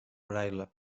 braille